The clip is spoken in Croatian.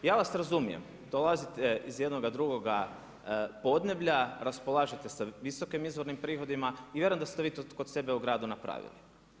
Ja vas razumijem, dolazite iz jednoga drugoga podneblja, raspolažete sa visokim izvornim prihodima i vjerujem da ste vi to kod sebe u gradu napravili.